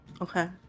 Okay